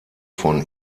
von